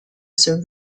sir